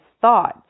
thoughts